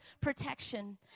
protection